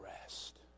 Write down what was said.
Rest